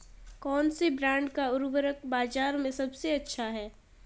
कौनसे ब्रांड का उर्वरक बाज़ार में सबसे अच्छा हैं?